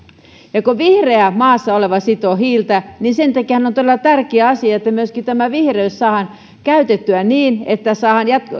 ja kun maassa oleva vihreä sitoo hiiltä niin sen takiahan on todella tärkeä asia että tämä vihreys saadaan myöskin käytettyä niin että saadaan